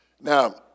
Now